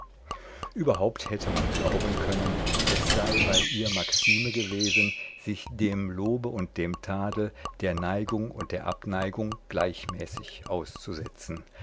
überhaupt hätte man glauben können es sei bei ihr maxime gewesen sich dem lobe und dem tadel der neigung und der abneigung gleichmäßig auszusetzen